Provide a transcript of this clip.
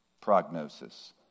prognosis